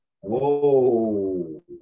Whoa